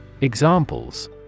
Examples